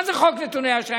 מה זה חוק נתוני אשראי?